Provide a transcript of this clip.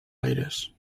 aires